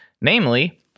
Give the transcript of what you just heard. Namely